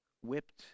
Whipped